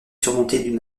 surmontée